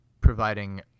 providing